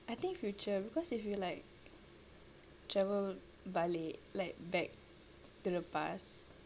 I think future because if you like travel balik like back to the past